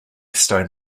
stone